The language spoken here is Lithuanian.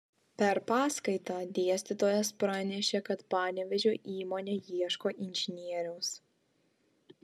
per paskaitą dėstytojas pranešė kad panevėžio įmonė ieško inžinieriaus